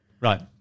Right